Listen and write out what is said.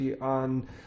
on